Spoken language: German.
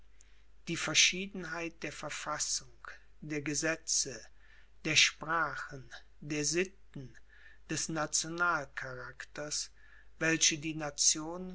die verschiedenheit der verfassung der gesetze der sprache der sitten des nationalcharakters welche die nationen